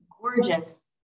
gorgeous